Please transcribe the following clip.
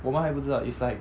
我们还不知道 it's like